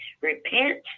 repent